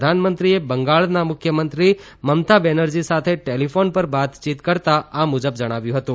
પ્રધાનમંત્રીએ બંગાળના મુખ્યમંત્રી મમતા બેનરજી સાથે ટેલિફોન પર વાતચીત કરતા આ મુજબ જણાવ્યું હતું